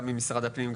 גם עם משרד הפנים,